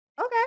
okay